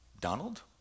Donald